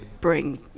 bring